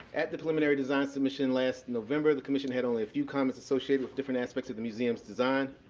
at the preliminary design submission last november, the commission had only a few comments associated with different aspects of the museum's design.